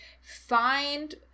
Find